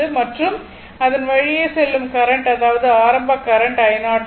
மற்றும் அதன் வழியே செல்லும் கரண்ட் அதாவது ஆரம்ப கரண்ட் i0 ஆகும்